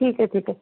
ठीकए ठीकए